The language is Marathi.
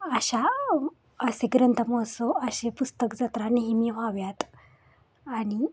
अशा असे ग्रंथमहोत्सव असे पुस्तक जत्रा नेहमी व्हाव्यात आणि